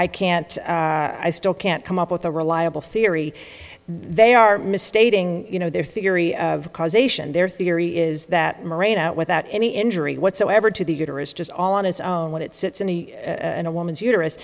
i can't i still can't come up with a reliable theory they are misstating you know their theory of causation their theory is that marina without any injury whatsoever to the uterus just all on its own when it sits in the in a woman's uterus